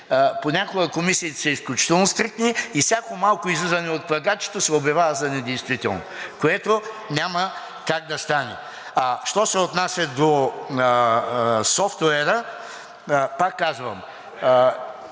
Понякога комисиите са изключително стриктни и всяко малко излизане от квадратчето се обявява за недействително, което няма как да стане. Що се отнася до софтуера, пак казвам,